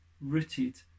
rooted